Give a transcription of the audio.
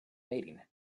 mating